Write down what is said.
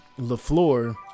LaFleur